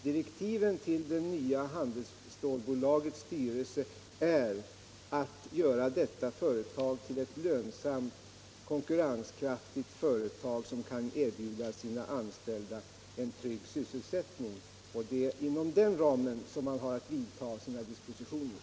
Direktiven till det nya handelsstålbolagets styrelse är att göra detta företag till ett lönsamt och konkurrenskraftigt företag, som kan erbjuda sina anställda en trygg sysselsättning. Det är inom den ramen som man har att vidta sina dispositioner.